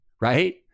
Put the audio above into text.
right